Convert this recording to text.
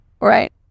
right